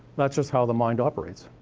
that's just how the mind operates.